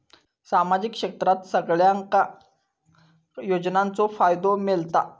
सामाजिक क्षेत्रात सगल्यांका योजनाचो फायदो मेलता?